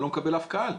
אני לא מקבל קהל.